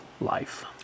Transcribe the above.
life